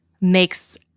makes